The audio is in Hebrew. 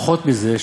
פחות מזה,